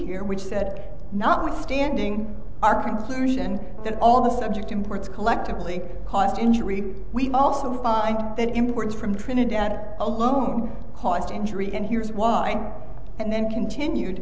here which said notwithstanding our conclusion that all the subject imports collectively caused injury we also find that imports from trinidad alone caused injury and here's why and then continued